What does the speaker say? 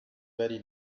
very